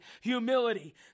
humility